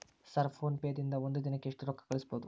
Sir PhonePe ದಿಂದ ಒಂದು ದಿನಕ್ಕೆ ಎಷ್ಟು ರೊಕ್ಕಾ ಕಳಿಸಬಹುದು?